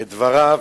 את דבריו.